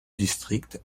district